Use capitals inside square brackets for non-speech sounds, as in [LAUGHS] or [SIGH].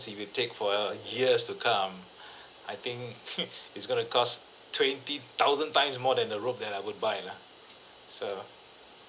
if you take for years to come [BREATH] I think [LAUGHS] it's going to cost twenty thousand times more than the rope that I would buy lah so